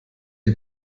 die